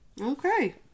Okay